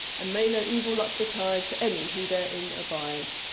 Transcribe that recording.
and may no evil luck betide to any who therein abide!